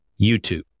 YouTube